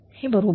हे बरोबर